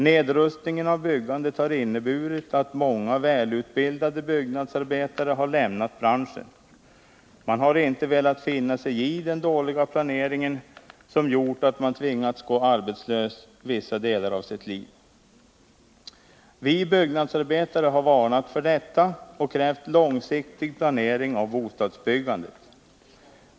Nedrustningen av byggandet har inneburit att många välutbildade byggnadsarbetare har lämnat branschen. Man har inte velat finna sig i den dåliga planeringen, som gjort att man tvingats gå arbetslös vissa delar av sitt liv. Vi byggnadsarbetare har varnat för detta och krävt långsiktig planering av bostadsbyggandet.